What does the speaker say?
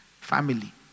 family